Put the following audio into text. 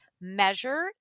measure